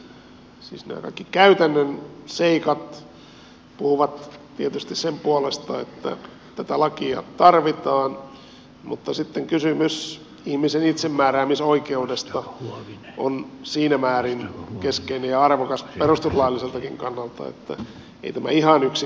siis nämä kaikki käytännön seikat puhuvat tietysti sen puolesta että tätä lakia tarvitaan mutta sitten kysymys ihmisen itsemääräämisoikeudesta on siinä määrin keskeinen ja arvokas perustuslailliseltakin kannalta että ei tämä asia ihan yksinkertainen ole